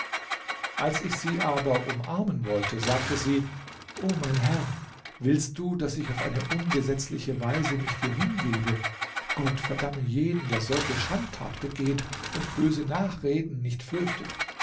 als ich sie aber umarmen wollte sagte sie o mein herr willst du daß ich auf eine ungesetzliche weise mich dir hingebe gott verdamme jeden der solche schandtat begeht und böse nachreden nicht fürchtet